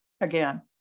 again